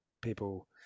people